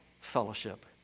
fellowship